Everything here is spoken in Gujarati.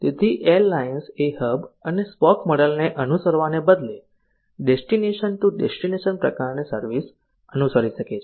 તેથી એરલાઇન્સ એ હબ અને સ્પોક મોડેલને અનુસરવાને બદલે ડેસ્ટિનેશન ટુ ડેસ્ટિનેશન પ્રકારની સર્વિસ અનુસરી શકે છે